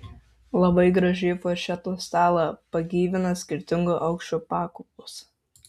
labai gražiai furšeto stalą pagyvina skirtingo aukščio pakopos